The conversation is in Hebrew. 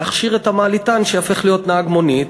להכשיר את המעליתן שיהפוך להיות נהג מונית.